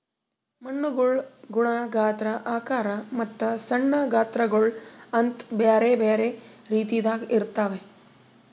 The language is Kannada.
ಮಣ್ಣುಗೊಳ್ ಗುಣ, ಗಾತ್ರ, ಆಕಾರ ಮತ್ತ ಸಣ್ಣ ಗಾತ್ರಗೊಳ್ ಅಂತ್ ಬ್ಯಾರೆ ಬ್ಯಾರೆ ರೀತಿದಾಗ್ ಇರ್ತಾವ್